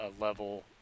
level